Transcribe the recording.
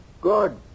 Good